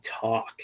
talk